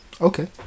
Okay